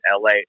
LA